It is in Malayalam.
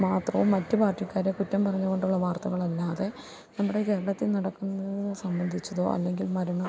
മാത്രവും മറ്റു പാർട്ടിക്കാരെ കുറ്റം പറഞ്ഞുകൊണ്ടുള്ള വാർത്തകളല്ലാതെ നമ്മുടെ കേരളത്തിൽ നടക്കുന്നതു സംബന്ധിച്ചതോ അല്ലെങ്കിൽ മരണം